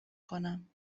کنم